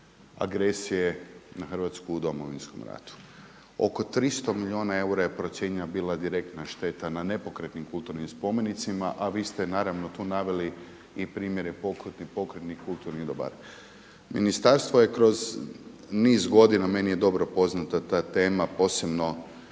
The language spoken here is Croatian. agresije na Hrvatsku u Domovinskom ratu. Oko 300 milijuna eura je bila procijenjena bila direktna šteta na nepokretnim kulturnim spomenicima, a vi ste naravno tu naveli i primjere pokretnih kulturnih dobara. Ministarstvo je kroz niz godina, meni je dobro poznata ta tema posebno